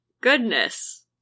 Goodness